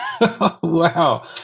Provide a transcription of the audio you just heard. Wow